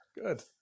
Good